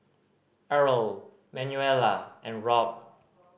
Errol Manuela and Robb